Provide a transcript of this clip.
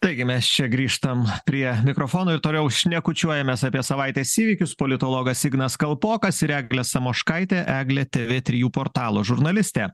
taigi mes čia grįžtam prie mikrofono ir toliau šnekučiuojamės apie savaitės įvykius politologas ignas kalpokas ir eglė samoškaitė eglė tv trijų portalo žurnalistė